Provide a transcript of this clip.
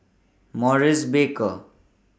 Maurice Baker